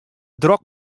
drok